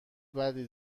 بدی